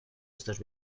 estos